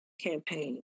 campaign